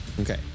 Okay